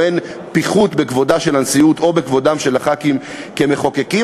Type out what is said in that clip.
או אין פיחות בכבודה של הנשיאות או בכבודם של חברי הכנסת כמחוקקים.